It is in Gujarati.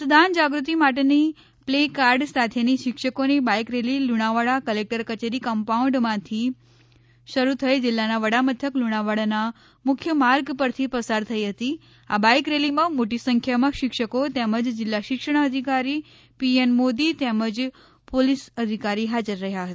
મતદાન જગૃતિ માટેની પ્લે કાર્ડ સાથેની શિક્ષકોની બાઇક રેલી લુણાવાડા કલેકટર કચેરી કમ્પાઉન્ડમાંથી શરૂ થઈ જિલ્લાના વડામથક લુણાવાડાના મુખ્ય માર્ગ પરથી પસાર થઈ હતી આ બાઇક રેલીમાં મોટી સંખ્યામાં શિક્ષકો તેમજ જિલ્લા શિક્ષણ અધિકારી પી એન મોદી તેમજ પોલીસ અધિકારી હાજર રહ્યા હતા